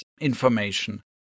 information